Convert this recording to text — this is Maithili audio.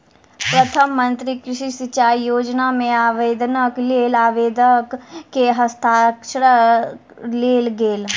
प्रधान मंत्री कृषि सिचाई योजना मे आवेदनक लेल आवेदक के हस्ताक्षर लेल गेल